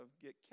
get